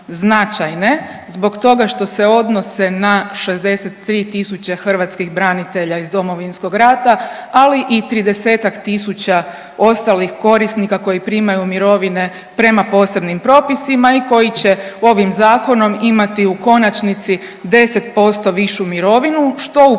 zbog toga što se odnose na 63 tisuće hrvatskih branitelja iz Domovinskog rata, ali i 30-ak tisuća ostalih korisnika koji primaju mirovine prema posebnim propisima i koji će ovim zakonom imati u konačnici 10% višu mirovinu što u